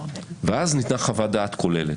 ואז ניתנה חוות דעת כוללת.